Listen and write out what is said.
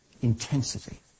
intensity